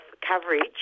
coverage